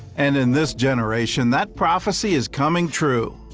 and in this generation, that prophecy is coming true.